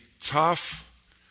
tough